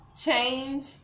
change